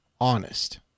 honest